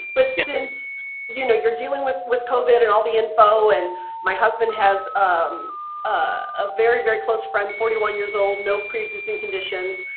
but since you know you're dealing with with covid and all the info and my husband has um ah a very close friend, forty one years old, no preexisting conditions,